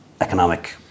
economic